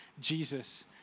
Jesus